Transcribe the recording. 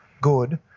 good